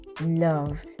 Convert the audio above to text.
love